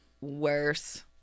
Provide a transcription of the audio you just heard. worse